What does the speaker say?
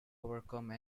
overcome